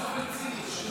לא סובל ציניות באולם הזה.